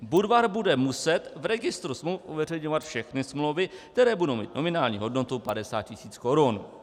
Budvar bude muset v registru smluv uveřejňovat všechny smlouvy, které budou mít nominální hodnotu 50 tisíc korun.